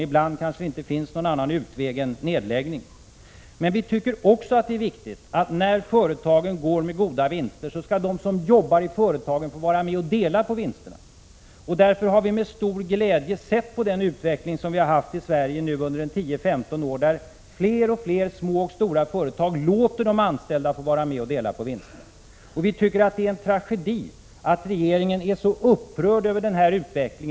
Ibland kanske det inte finns någon annan utväg än en nedläggning. Men vi tycker också att det är viktigt att när företagen går med goda vinster skall de som arbetar i företagen få vara med och dela på vinsterna. Därför har vi med stor glädje sett på den utveckling som vi har haft i Sverige under 10-15 år, då fler och fler små och stora företag låtit de anställda få vara med och dela på vinsterna. Vi tycker att det är en tragedi att regeringen är så upprörd över denna utveckling.